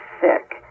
sick